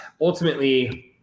ultimately